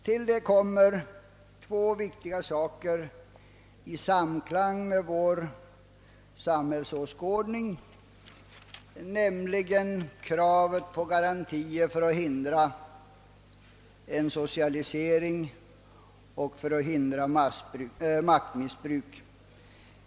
Till detta kommer två viktiga saker som har samband med vår samhällsåskådning, nämligen kravet på garantier för att hindra en socialisering och för att hindra maktmissbruk.